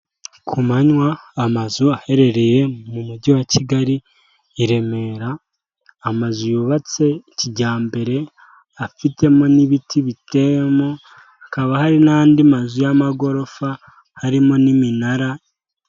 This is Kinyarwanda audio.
Ku manywa amazu aherereye mu mujyi wa Kigali i Remera, amazu yubatse kijyambere afitemo n'ibiti biteyemo hakaba hari n'andi mazu y'amagorofa harimo n'iminara.